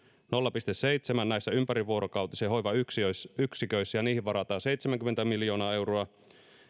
nolla pilkku seitsemän ympärivuorokautisen hoivan yksiköissä ja niihin varataan seitsemänkymmentä miljoonaa euroa